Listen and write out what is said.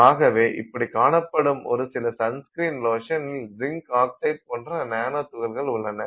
ஆகவே இப்படி காணப்படும் ஒரு சில சன்ஸ்கிரீன் லோஷன் இல் ஜிங்க் ஆக்சைடு போன்ற நானோ துகள்கள் உள்ளன